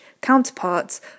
counterparts